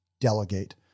delegate